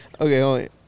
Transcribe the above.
Okay